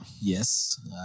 Yes